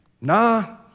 Nah